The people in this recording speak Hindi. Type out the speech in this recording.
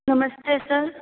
नमस्ते सर